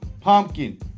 pumpkin